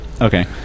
okay